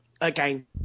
again